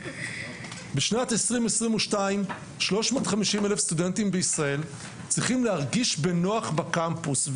בשנת 2022 350,000 סטודנטים בישראל צריכים להרגיש בנוח בקמפוס,